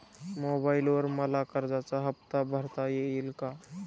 मोबाइलवर मला कर्जाचा हफ्ता भरता येईल का?